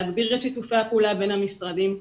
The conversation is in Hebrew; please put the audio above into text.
להגביר את שיתופי הפעולה בין המשרדים.